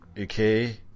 okay